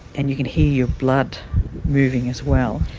and you can hear your blood moving as well.